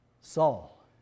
Saul